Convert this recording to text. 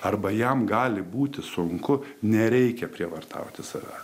arba jam gali būti sunku nereikia prievartauti save